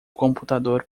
computador